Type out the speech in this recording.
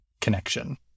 connection